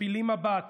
משפילים מבט